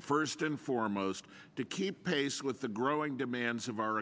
first and foremost to keep pace with the growing demands of our